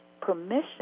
permission